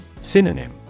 Synonym